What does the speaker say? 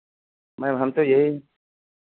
ma'am हम तो यही